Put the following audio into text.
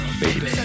baby